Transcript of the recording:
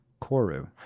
Koru